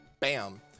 Bam